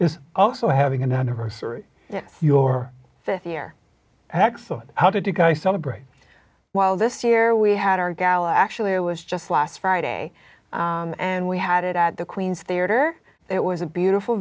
is also having an anniversary your th year excellent how did you guys celebrate well this year we had our gala actually it was just last friday and we had it at the queens theater it was a beautiful